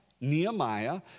Nehemiah